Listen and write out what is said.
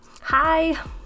Hi